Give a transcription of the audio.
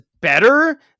better